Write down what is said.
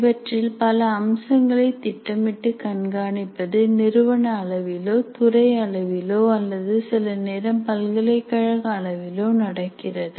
இவற்றில் பல அம்சங்களை திட்டமிட்டு கண்காணிப்பது நிறுவன அளவிலோ துறை அளவிலோ அல்லது சில நேரம் பல்கலைக்கழக அளவிலோ நடக்கிறது